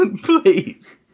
please